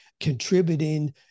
contributing